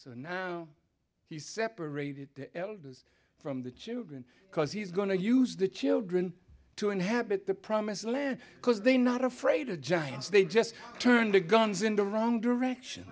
so now he separated the elders from the children because he's going to use the children to inhabit the promised land because they not afraid of giants they just turn to guns in the wrong direction